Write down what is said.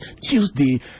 Tuesday